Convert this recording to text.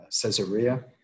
Caesarea